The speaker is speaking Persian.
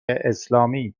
اسلامی